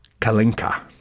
Kalinka